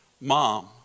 mom